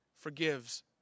forgives